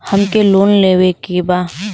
हमके लोन लेवे के बा?